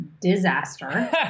disaster